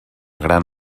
gran